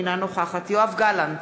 אינה נוכחת יואב גלנט,